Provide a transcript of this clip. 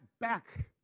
back